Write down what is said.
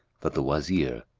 that the wazir,